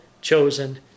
chosen